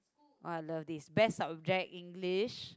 !walao! this best subject English